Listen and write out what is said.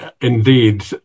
indeed